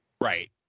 Right